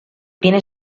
tiene